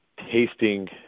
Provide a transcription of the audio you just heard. tasting